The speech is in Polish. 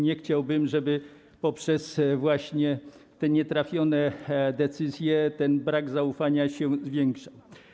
Nie chciałbym, żeby poprzez właśnie te nietrafione decyzje brak zaufania się zwiększał.